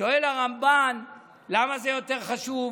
שאל רמב"ן למה זה יותר חשוב?